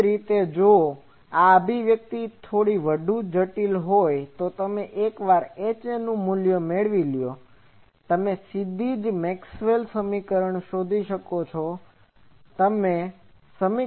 તેજ રીતે રીતે જો આ અભિવ્યક્તિ થોડી વધુ જટિલ હોય તો તમે એકવાર HA નું મુલ્ય મેળવી લ્યો તમે સીધા જ મેક્સવેલના સમીકરણમાંથી શોધી શકો છો જે તમે સમીકરણ મૂકી શકો છો